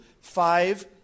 five